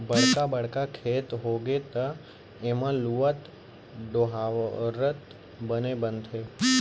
बड़का बड़का खेत होगे त एमा लुवत, डोहारत बने बनथे